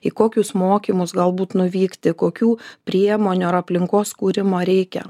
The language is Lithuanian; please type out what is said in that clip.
į kokius mokymus galbūt nuvykti kokių priemonių ar aplinkos kūrimo reikia